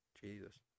Jesus